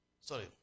Sorry